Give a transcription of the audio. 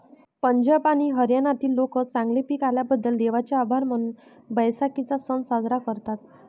पंजाब आणि हरियाणातील लोक चांगले पीक आल्याबद्दल देवाचे आभार मानून बैसाखीचा सण साजरा करतात